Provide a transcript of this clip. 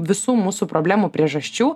visų mūsų problemų priežasčių